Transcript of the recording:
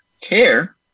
care